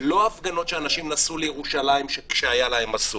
לא הפגנות שאנשים נסעו לירושלים כשהיה להם אסור.